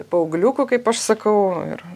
paaugliukų kaip aš sakau ir